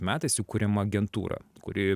metais jų kuriama agentūra kuri